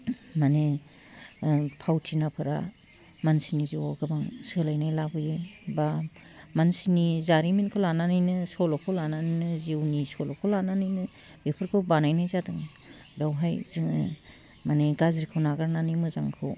माने फावथिनाफोरा मानसिनि जिउवाव गोबां सोलायनाय लाबोयो बा मानसिनि जारिमिनखौ लानानैनो सल'खौ लानानैनो जिउनि सल'खौ लानानैनो बेफोरखौ बानायनाय जादों बेवहाय जोङो माने गाज्रिखौ नागारनानै मोजांखौ